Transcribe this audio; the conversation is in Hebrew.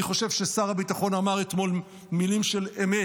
אני חושב ששר הביטחון אמר מילים של אמת: